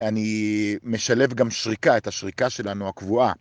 אני משלב גם שריקה, את השריקה שלנו הקבועה.